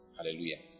Hallelujah